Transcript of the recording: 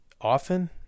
Often